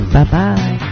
Bye-bye